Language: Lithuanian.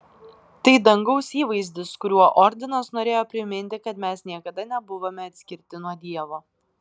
tai dangaus įvaizdis kuriuo ordinas norėjo priminti kad mes niekada nebuvome atskirti nuo dievo